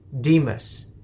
Demas